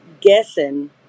guessing